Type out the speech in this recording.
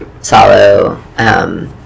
Salo